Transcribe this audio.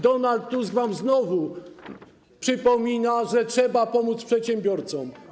Donald Tusk znowu wam przypomina, że trzeba pomóc przedsiębiorcom.